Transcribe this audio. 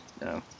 No